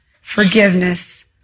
forgiveness